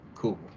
cool